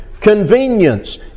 convenience